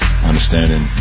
Understanding